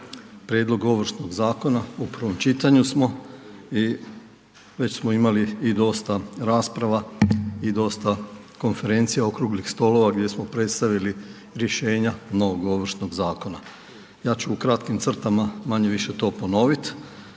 Prijedlog ovršnog zakona u prvom čitanju smo i već smo imali dosta rasprava i dosta konferencija, okruglih stolova gdje smo predstavili rješenje novog ovršnog zakona. Ja ću u kratkim crtama manje-više to ponoviti.